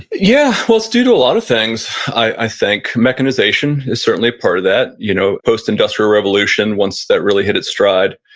yeah. well it's due to a lot of things i think. mechanization is certainly part of that. you know post industrial revolution, once that really hit its stride,